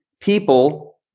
people